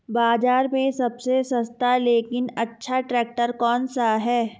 बाज़ार में सबसे सस्ता लेकिन अच्छा ट्रैक्टर कौनसा है?